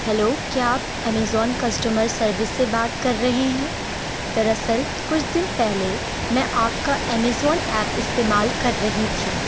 hello کیا آپ Amazon customer service سے بات کر رہے ہیں در اصل کچھ دن پہلے میں آپ کا ایمیزون ایپ استعمال كر رہی تھیں